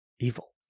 Evil